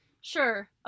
sure